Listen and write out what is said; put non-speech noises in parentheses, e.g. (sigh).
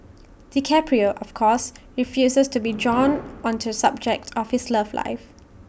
DiCaprio of course refuses to be drawn (noise) on to subject of his love life